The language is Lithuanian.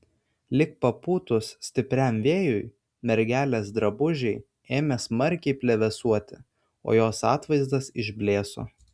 lyg papūtus stipriam vėjui mergelės drabužiai ėmė smarkiai plevėsuoti o jos atvaizdas išblėso